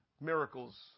miracles